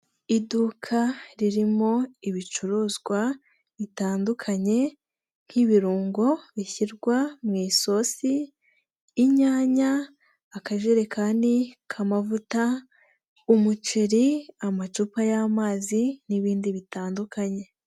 Iduka ririmo ibicuruzwa bitandukanye nk'ibirungo bishyirwa mu isosi, inyanya, akajerekani k'amavuta, umuceri, amacupa y'amazi n'ibindi bitandukanye.